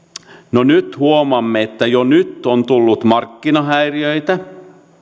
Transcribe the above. no nyt huomaamme että jo nyt on tullut markkinahäiriöitä